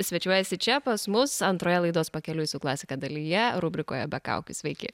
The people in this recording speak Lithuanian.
svečiuojasi čia pas mus antroje laidos pakeliui su klasika dalyje rubrikoje be kaukių sveiki